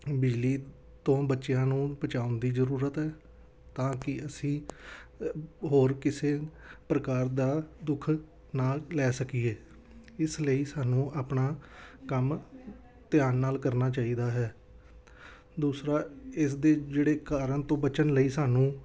ਬਿਜਲੀ ਤੋਂ ਬੱਚਿਆਂ ਨੂੰ ਬਚਾਉਣ ਦੀ ਜ਼ਰੂਰਤ ਤਾਂ ਕਿ ਅਸੀਂ ਹੋਰ ਕਿਸੇ ਪ੍ਰਕਾਰ ਦਾ ਦੁੱਖ ਨਾਲ ਲੈ ਸਕੀਏ ਇਸ ਲਈ ਸਾਨੂੰ ਆਪਣਾ ਕੰਮ ਧਿਆਨ ਨਾਲ ਕਰਨਾ ਚਾਹੀਦਾ ਹੈ ਦੂਸਰਾ ਇਸ ਦੇ ਜਿਹੜੇ ਕਾਰਨ ਤੋਂ ਬਚਣ ਲਈ ਸਾਨੂੰ